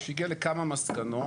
שהגיעה לכמה מסקנות.